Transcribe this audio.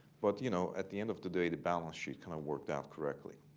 but you know, at the end of the day the balance sheet kind of worked out correctly.